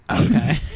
Okay